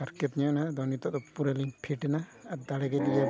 ᱦᱟᱨᱠᱮᱛ ᱧᱚᱜ ᱮᱱᱟ ᱟᱫᱚ ᱱᱤᱛᱳᱜ ᱫᱚ ᱯᱩᱨᱟᱹᱞᱤᱧ ᱮᱱᱟ ᱟᱨ ᱫᱟᱲᱮᱜᱮ